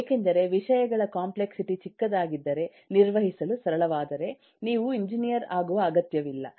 ಏಕೆಂದರೆ ವಿಷಯಗಳ ಕಾಂಪ್ಲೆಕ್ಸಿಟಿ ಚಿಕ್ಕದಾಗಿದ್ದರೆ ನಿರ್ವಹಿಸಲು ಸರಳವಾದರೆ ನೀವು ಎಂಜಿನಿಯರ್ ಆಗುವ ಅಗತ್ಯವಿಲ್ಲ